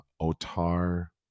Otar